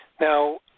Now